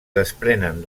desprenen